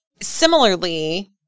Similarly